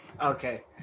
Okay